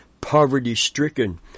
poverty-stricken